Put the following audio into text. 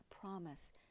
promise